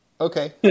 Okay